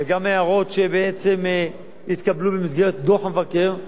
וגם הערות שבעצם התקבלו במסגרת דוח המבקר,